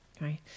right